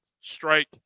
strike